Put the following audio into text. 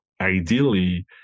ideally